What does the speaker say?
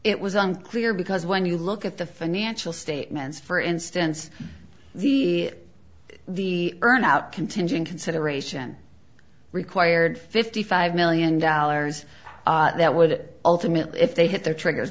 it was unclear because when you look at the financial statements for instance the the earn out contingent consideration required fifty five million dollars that would that ultimately if they hit their triggers